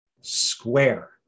square